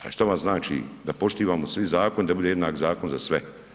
A što vam znači, da poštivamo svi zakon, da bude jednak zakon za sve.